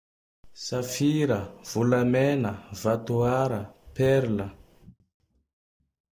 Safira, volamena, vatoara, perla.